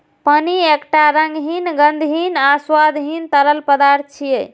पानि एकटा रंगहीन, गंधहीन आ स्वादहीन तरल पदार्थ छियै